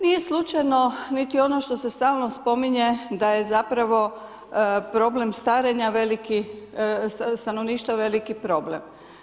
Nije slučajno niti ono što se stalno spominje, da je zapravo problem starenja, stanovništva, veliki problem.